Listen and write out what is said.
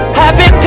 happy